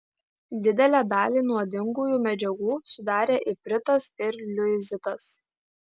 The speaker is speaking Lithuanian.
didelę dalį nuodingųjų medžiagų sudarė ipritas ir liuizitas